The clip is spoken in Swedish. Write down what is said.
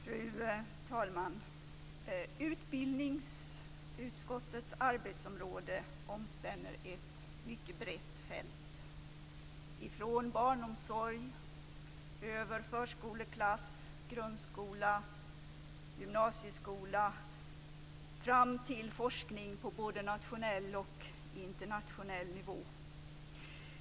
Fru talman! Utbildningsutskottets arbetsområde omspänner ett mycket brett fält, från barnomsorg över förskoleklass, grundskola och gymnasieskola till forskning på både nationell och internationell nivå.